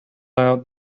out